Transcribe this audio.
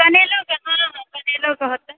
कनैलोके हँ हँ कनैलोके हेतै